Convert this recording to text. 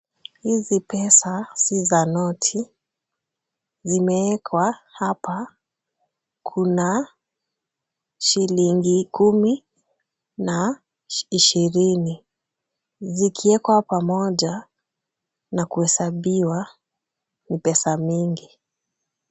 Hizi pesa si za noti. Zimewekwa hapa. Kuna shilingi kumi na ishirini. Zikiwekwa pamoja na kuhesabiwa ni pesa mingi.